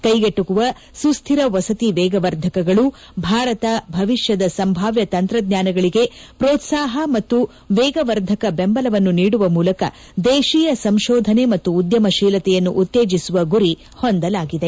ಕೈಗೆಟುಕುವ ಸುಶ್ದಿರ ವಸತಿ ವೇಗವರ್ಧಕಗಳು ಭಾರತ ಆಶಾ ಇಂಡಿಯಾ ಭವಿಷ್ಠದ ಸಂಭಾವ್ಯ ತಂತ್ರಜ್ಞಾನಗಳಿಗೆ ಪೋತ್ಸಾಪ ಮತ್ತು ವೇಗವರ್ಧಕ ಬೆಂಬಲವನ್ನು ನೀಡುವ ಮೂಲಕ ದೇಶೀಯ ಸಂಶೋಧನೆ ಮತ್ತು ಉದ್ದಮಶೀಲತೆಯನ್ನು ಉತ್ತೇಜಿಸುವ ಗುರಿ ಹೊಂದಿದೆ